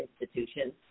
institutions